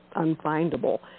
unfindable